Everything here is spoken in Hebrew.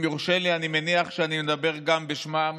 אם יורשה לי, אני מניח שאני מדבר גם בשמם